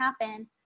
happen